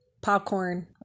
popcorn